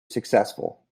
successful